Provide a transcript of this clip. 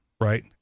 right